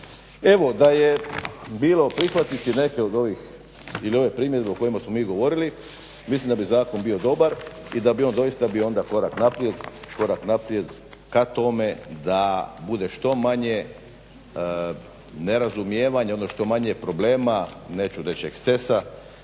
Evo da je bilo prihvatiti neke od ovih, ili ove primjedbe o kojima smo mi govorili mislim da bi zakon bio dobar, i da bi on doista bio onda korak naprijed, korak naprijed ka tome da bude što manje nerazumijevanja, odnosno što manje problema, neću reći ekscesa